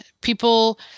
people